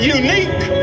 unique